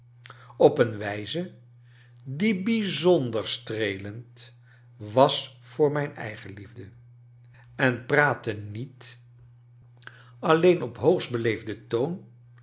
op een wijze die bijzonder streelend was voor mijn eigenliefde en praatte niet alleen op hoogst beleefden toon